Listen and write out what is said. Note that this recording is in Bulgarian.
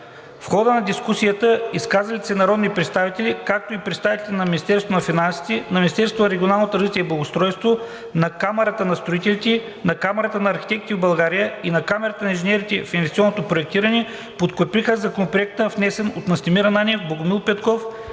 В хода на дискусията изказалите се народни представители, както и представителите на Министерството на финансите, на Министерството на регионалното развитие и благоустройството, на Камарата на строителите, на Камарата на архитектите в България и на Камарата на инженерите в инвестиционното проектиране, подкрепиха Законопроекта, внесен от Настимир Ананиев, Богомил Петков